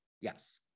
yes